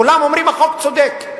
וכולם אומרים שהחוק צודק.